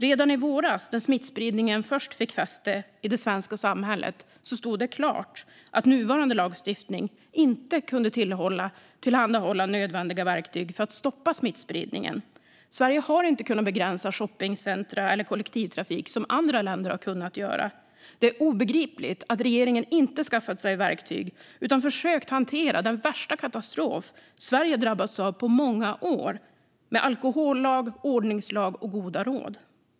Redan i våras, när smittspridningen först fick fäste i det svenska samhället, stod det klart att nuvarande lagstiftning inte kunde tillhandahålla nödvändiga verktyg för att stoppa smittspridningen. Sverige har inte kunnat begränsa shoppingcentrum eller kollektivtrafik så som andra länder har kunnat göra. Det är obegripligt att regeringen inte har skaffat sig verktyg utan försökt hantera den värsta katastrof Sverige drabbats av på många år med alkohollag, ordningslag och goda råd.